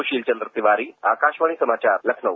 सुशील चन्द्र तिवारी आकाशवाणी समाचार लखनऊ